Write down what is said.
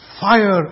fire